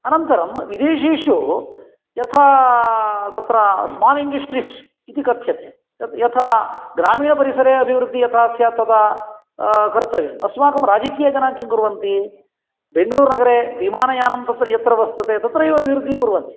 अनन्तरं विदेशेषु यथा तत्र स्माल् इण्डस्ट्रीस् इति कथ्यते तत् यथा ग्रामीणपरिसरे अभिवृद्धिः यथा स्यात् तथा कर्तव्यं अस्माकं राजिकीयजनाः किङ्कुर्वन्ति बेङ्गलूर्नगरे विमानयानं तत्र यत्र वस्तते तत्रैव अभिवृद्धिं कुर्वन्ति